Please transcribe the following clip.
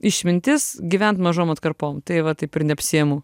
išmintis gyvent mažom atkarpom tai va taip ir neapsiemu